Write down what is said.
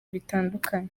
bitandukanye